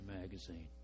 magazine